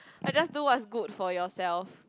like just do what's good for yourself